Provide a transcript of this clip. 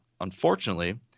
Unfortunately